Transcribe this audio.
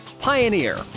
Pioneer